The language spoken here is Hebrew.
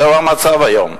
זהו המצב היום.